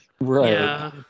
Right